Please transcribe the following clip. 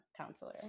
counselor